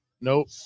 Nope